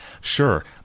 Sure